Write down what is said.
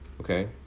okay